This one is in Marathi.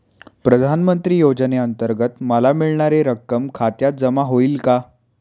प्रधानमंत्री योजनेअंतर्गत मला मिळणारी रक्कम खात्यात जमा होईल का?